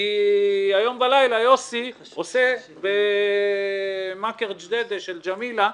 כי היום בלילה יוסי עושה במכר-ג'דידה של ג'מילה,